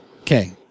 Okay